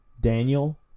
daniel